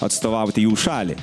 atstovauti jų šalį